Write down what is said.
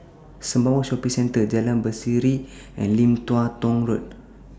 Sembawang Shopping Centre Jalan Berseri and Lim Tua Tow Road